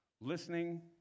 listening